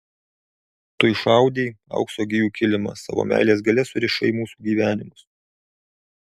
tu išaudei aukso gijų kilimą savo meilės galia surišai mūsų gyvenimus